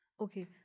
okay